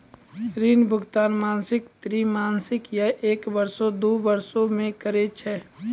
ऋण भुगतान मासिक, त्रैमासिक, या एक बरसो, दु बरसो मे करै छै